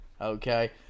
Okay